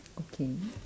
okay